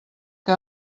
que